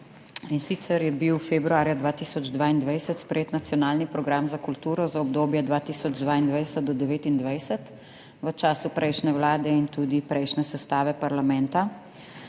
in sicer je bil februarja 2022 sprejet Nacionalni program za kulturo za obdobje 2022 do 2029 v času prejšnje Vlade in tudi prejšnje sestave parlamenta.